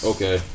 Okay